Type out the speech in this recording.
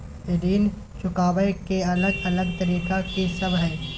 ऋण चुकाबय के अलग अलग तरीका की सब हय?